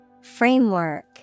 Framework